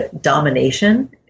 domination